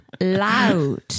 Loud